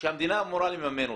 והמדינה אמורה לממן אותם.